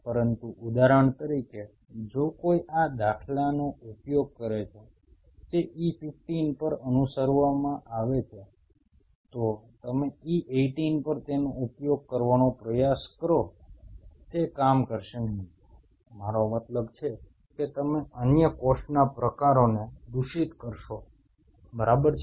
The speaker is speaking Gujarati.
પરંતુ ઉદાહરણ તરીકે જો કોઈ આ દાખલાનો ઉપયોગ કરે છે જે E15 પર અનુસરવામાં આવે છે તો તમે E 18 પર તેનો ઉપયોગ કરવાનો પ્રયાસ કરો તે કામ કરશે નહીં મારો મતલબ છે કે તમે અન્ય કોષના પ્રકારોને દૂષિત કરશો બરાબર છે